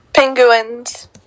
Penguins